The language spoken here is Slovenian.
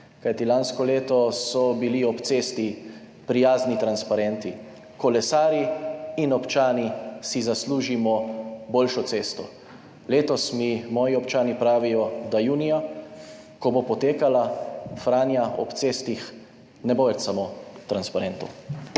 kajti lansko leto so bili ob cesti prijazni transparenti Kolesarji in občani si zaslužimo boljšo cesto. Letos mi moji občani pravijo, da junija, ko bo potekala Franja, ob cestah ne bo več samo transparentov.